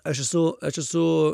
aš esu aš esu